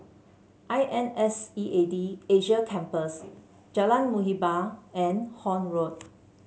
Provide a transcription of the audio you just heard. I N S E A D Asia Campus Jalan Muhibbah and Horne Road